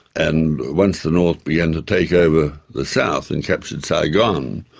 and once the north began to take over the south and captured saigon,